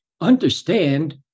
understand